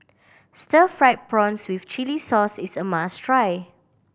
stir fried prawns with chili sauce is a must try